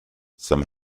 some